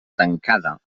tancada